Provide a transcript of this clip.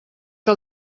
que